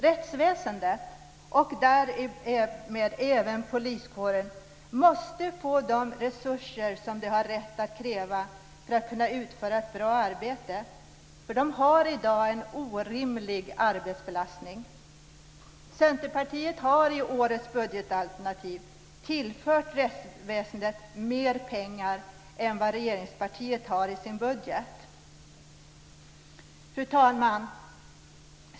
Rättsväsendet och därmed även poliskåren måste få de resurser som de har rätt att kräva för att kunna utföra ett bra arbete. De har i dag en orimlig arbetsbelastning. Centerpartiet har i årets budgetalternativ tillfört rättsväsendet mer pengar än vad regeringspartiet har i sin budget. Fru talman!